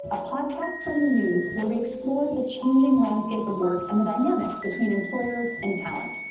a podcast from the muse where we explore the changing landscape of work and the dynamic between employers and talent.